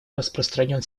распространен